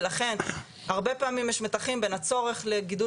ולכן הרבה פעמים יש מתחים בין הצורך לגידול